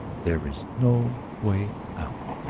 there is no way out.